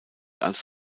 als